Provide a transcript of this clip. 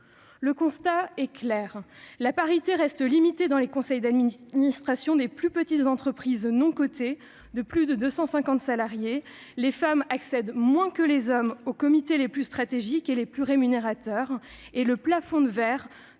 Le constat est clair : la parité reste limitée dans les conseils d'administration des plus petites entreprises non cotées de plus de 250 salariés. Les femmes accèdent moins souvent que les hommes aux comités les plus stratégiques et les plus rémunérateurs. Le plafond de verre